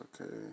Okay